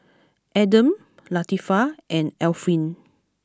Adam Latifa and Alfian